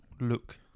look